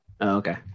Okay